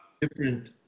different